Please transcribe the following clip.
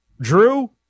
drew